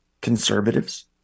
conservatives